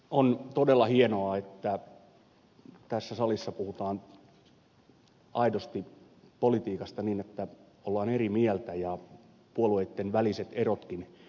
on todella hienoa että tässä salissa puhutaan aidosti politiikasta niin että ollaan eri mieltä ja puolueitten väliset erotkin ilmenevät